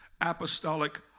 apostolic